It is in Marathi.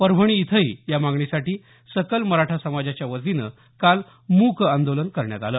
परभणी इथंही या मागणीसाठी सकल मराठा समाजाच्या वतीनं काल मूक आंदोलन करण्यात आलं